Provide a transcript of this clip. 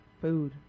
Food